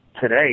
today